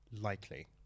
likely